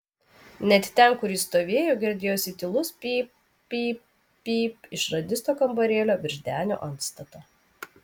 net ten kur jis stovėjo girdėjosi tylus pyp pyp pyp iš radisto kambarėlio virš denio antstato